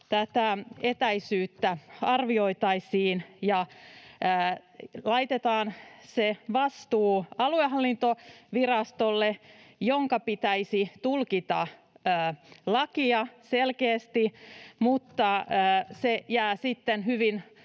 tätä etäisyyttä arvioitaisiin, ja laitetaan se vastuu aluehallintovirastolle, jonka pitäisi tulkita lakia selkeästi, mutta jää sitten hyvin